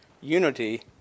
unity